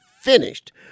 finished